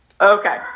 Okay